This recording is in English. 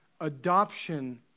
adoption